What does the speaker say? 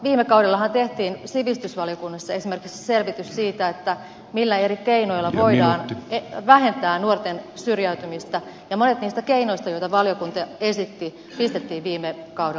viime kaudellahan tehtiin sivistysvaliokunnassa esimerkiksi selvitys siitä millä eri keinoilla voidaan vähentää nuorten syrjäytymistä ja monet niistä keinoista joita valiokunta esitti pistettiin viime kaudella täytäntöön